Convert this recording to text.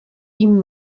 ihm